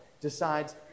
decides